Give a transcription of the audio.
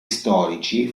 storici